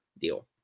deal